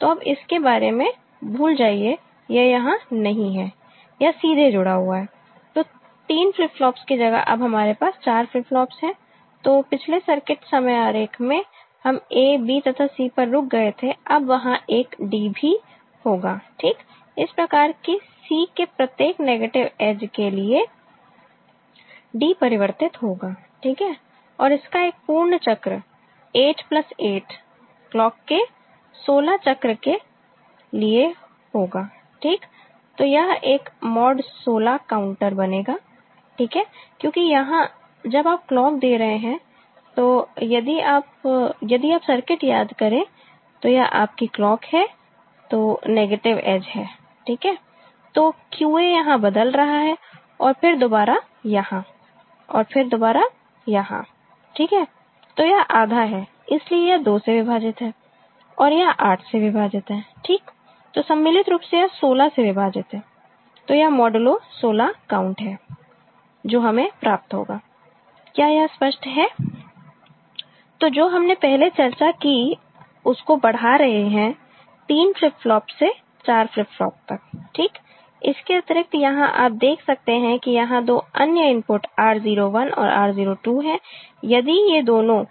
तो अब इसके बारे में भूल जाइए यह यहां नहीं है यह सीधे जुड़ा हुआ है तो 3 फ्लिप फ्लॉप्स की जगह अब हमारे पास 4 फ्लिप फ्लॉप्स है तो पिछले सर्किट समय आरेख में हम AB तथा C पर रुक गए थे अब वहां एक D भी होगा ठीक इस प्रकार कि C के प्रत्येक नेगेटिव एज के लिए D परिवर्तित होगा ठीक है और इसका एक पूर्ण चक्र 8 प्लस 8 क्लॉक के 16 चक्र के लिए होगा ठीक तो यह एक मॉड 16 काउंटर बनेगा ठीक है क्योंकि यहां जब आप क्लॉक दे रहे हैं तो यदि आप यदि आप सर्किट याद करें तो यह आपकी क्लॉक है तो नेगेटिव एज है ठीक है तो QA यहां बदल रहा है और फिर दोबारा यहां और फिर दोबारा यहां ठीक है तो यह आधा है इसलिए यह 2 से विभाजित है और यह 8 से विभाजित है ठीक तो सम्मिलित रूप से यह 16 से विभाजित है तो यह मॉडुलो 16 काउंट है जो हमें प्राप्त होगा क्या यह स्पष्ट है तो जो हमने पहले चर्चा की उसको बढ़ा रहे हैं 3 फ्लिप फ्लॉप से 4 फ्लिप फ्लॉप तक ठीक इसके अतिरिक्त यहां आप देख सकते हैं कि यहां दो अन्य इनपुट R01 और R02 है यदि ये दोनों